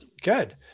Good